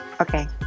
okay